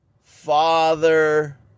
father